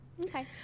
Okay